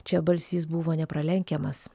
čia balsys buvo nepralenkiamas